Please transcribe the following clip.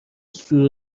سور